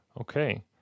okay